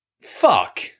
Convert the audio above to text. Fuck